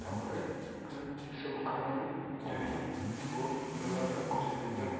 ତାପରେ ଆମେ ସେସବୁ କାରଣ ଜାଣିକି ସବୁ ବ୍ୟବହାର କରିପାରିବା